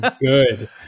good